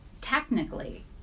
technically